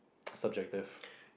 subjective